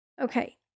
Okay